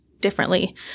differently